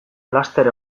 laster